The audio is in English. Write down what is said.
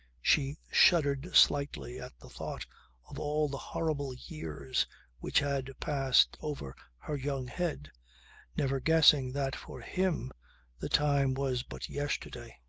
she shuddered slightly at the thought of all the horrible years which had passed over her young head never guessing that for him the time was but yesterday.